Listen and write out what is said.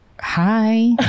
Hi